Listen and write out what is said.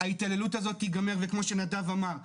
ההתעללות הזאת תיגמר וכמו שנדב אמר,